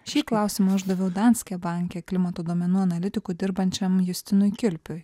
šį klausimą uždaviau danske banke klimato duomenų analitiku dirbančiam justinui kilpiui